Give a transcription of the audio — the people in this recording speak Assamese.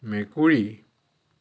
মেকুৰী